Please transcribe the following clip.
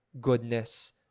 goodness